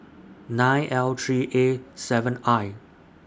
nine L three A seven I